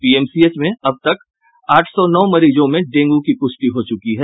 PMCH में अब तक आठ सौ नौ मरीजों में डेंग् की पुष्टि हो चुकी है